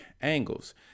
angles